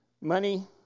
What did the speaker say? money